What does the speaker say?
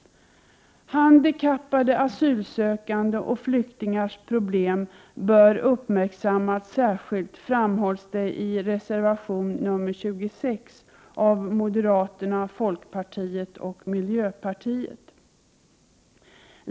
Handikappade asylsökandes och flyktingars problem bör uppmärksammas särskilt, framhålls det i reservation nr 28 av moderater, folkpartister och miljöpartister.